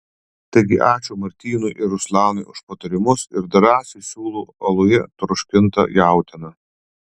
taigi ačiū martynui ir ruslanui už patarimus ir drąsiai siūlau aluje troškintą jautieną